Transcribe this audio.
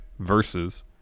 Versus